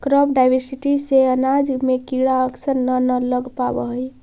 crop diversity से अनाज में कीड़ा अक्सर न न लग पावऽ हइ